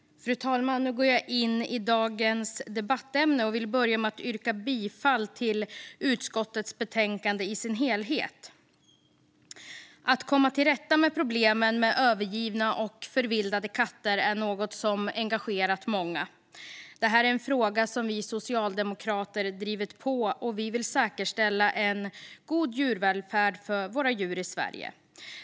Fru talman! Nu går jag in på dagens debattämne, och jag vill börja med att yrka bifall till utskottets förslag i dess helhet. Att komma till rätta med problemen med övergivna och förvildade katter är något som engagerat många. Detta är en fråga som vi socialdemokrater har drivit på, och vi vill säkerställa en god djurvälfärd för våra djur i Sverige.